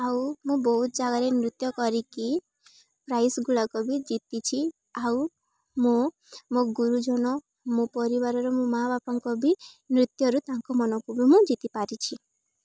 ଆଉ ମୁଁ ବହୁତ ଜାଗାରେ ନୃତ୍ୟ କରିକି ପ୍ରାଇଜ୍ ଗୁଡ଼ାକ ବି ଜିତିଛି ଆଉ ମୁଁ ମୋ ଗୁରୁଜନ ମୋ ପରିବାରର ମୋ ମାଆ ବାପାଙ୍କ ବି ନୃତ୍ୟରୁ ତାଙ୍କ ମନକୁ ବି ମୁଁ ଜିତି ପାରିଛି